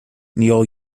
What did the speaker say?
neil